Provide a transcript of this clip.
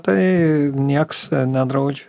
tai nieks nedraudžia